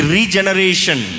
Regeneration